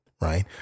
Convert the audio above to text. right